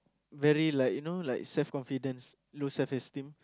very like you know like self confidence low self esteem